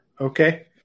Okay